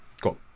Cool